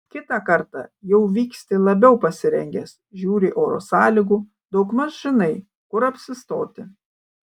kitą kartą jau vyksti labiau pasirengęs žiūri oro sąlygų daugmaž žinai kur apsistoti